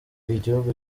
igihugu